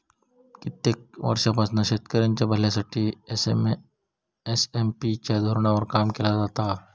कित्येक वर्षांपासना शेतकऱ्यांच्या भल्यासाठी एस.एम.पी च्या धोरणावर काम केला जाता हा